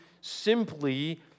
simply